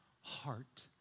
heart